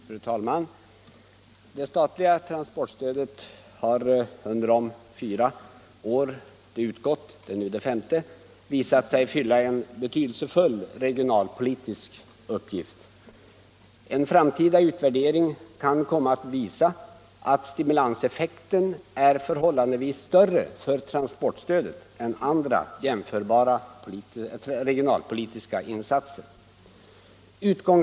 Fru talman! Det statliga transportstödet har under de fyra år det utgått visat sig fylla en betydelsefull regionalpolitisk uppgift. En framtida utvärdering kan komma att visa att transportstödets stimulanseffekt är förhållandevis större än stimulanseffekten av andra jämförbara regionalpolitiska insatser.